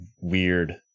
weird